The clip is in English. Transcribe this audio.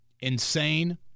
insane